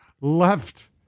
left